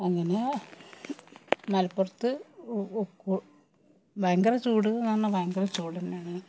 അങ്ങനെ മലപ്പുറത്ത് ഭയങ്കര ചൂട് എന്ന് പറഞ്ഞാൽ ഭയങ്കര ചൂട് തന്നെയാണ്